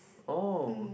oh